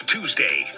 Tuesday